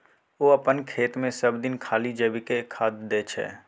ओ अपन खेतमे सभदिन खाली जैविके खाद दै छै